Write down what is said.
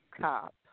cop